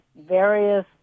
various